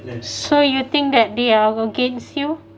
so you think that they are against you